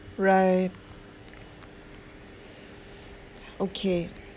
right okay